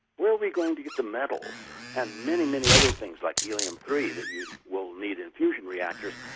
where are we going to get the metals and many, many other things, like helium three that you will need in fusion reactors,